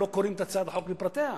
לא קוראים את הצעת החוק לפרטיה.